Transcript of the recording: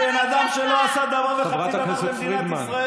בן אדם שלא עשה דבר וחצי דבר למדינת ישראל.